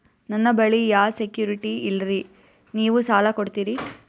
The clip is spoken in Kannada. ನನ್ನ ಬಳಿ ಯಾ ಸೆಕ್ಯುರಿಟಿ ಇಲ್ರಿ ನೀವು ಸಾಲ ಕೊಡ್ತೀರಿ?